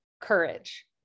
courage